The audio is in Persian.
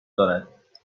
دارد